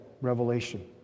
Revelation